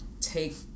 take